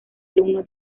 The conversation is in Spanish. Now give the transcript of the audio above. alumno